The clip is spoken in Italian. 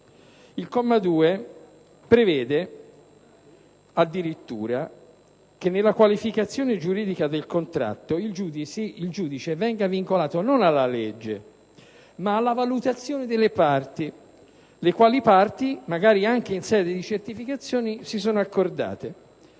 al comma 2, esso prevede addirittura che nella qualificazione giuridica del contratto il giudice venga vincolato non alla legge, ma alla valutazione delle parti, le quali, magari, anche in sede di certificazioni si sono accordate.